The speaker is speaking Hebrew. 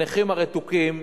הנכים הרתוקים,